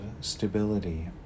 stability